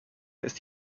ist